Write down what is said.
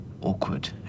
awkward